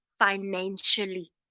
financially